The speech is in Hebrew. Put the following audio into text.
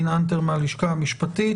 האוצר.